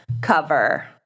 cover